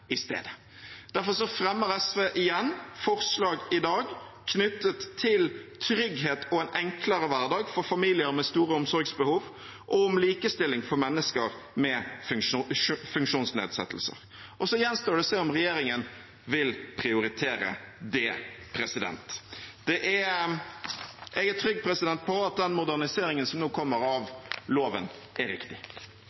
i stedet. Derfor fremmer SV igjen forslag i dag knyttet til trygghet og en enklere hverdag for familier med store omsorgsbehov og om likestilling for mennesker med funksjonsnedsettelser, og så gjenstår det å se om regjeringen vil prioritere det. Jeg er trygg på at den moderniseringen av loven som nå kommer,